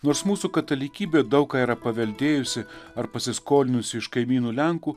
nors mūsų katalikybė daug ką yra paveldėjusi ar pasiskolinusi iš kaimynų lenkų